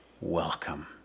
welcome